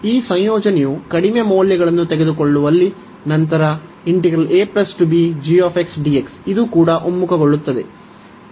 ಈ ಸಂಯೋಜನೆಯು ಕಡಿಮೆ ಮೌಲ್ಯಗಳನ್ನು ತೆಗೆದುಕೊಳ್ಳುವಲ್ಲಿ ನಂತರ ಇದು ಕೂಡ ಒಮ್ಮುಖಗೊಳ್ಳುತ್ತದೆ